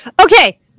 Okay